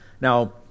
Now